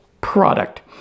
product